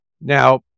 Now